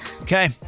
Okay